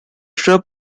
shrub